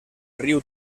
riu